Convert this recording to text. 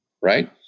Right